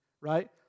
right